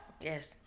Yes